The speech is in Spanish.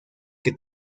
que